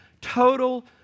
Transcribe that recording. total